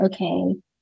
okay